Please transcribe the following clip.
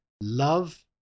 love